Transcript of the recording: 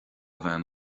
bhean